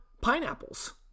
pineapples